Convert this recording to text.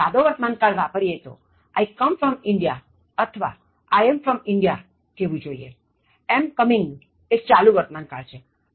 સાદો વર્તમાનકાળ વાપરીએ તો I come from India અથવા I'm from India કહેવું જોઇએ am coming એ ચાલુ વર્તમાન કાળ છે